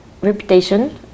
reputation